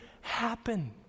happen